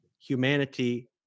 humanity